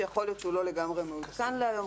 שיכול להיות שהוא לא לגמרי מעודכן להיום,